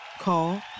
Call